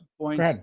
points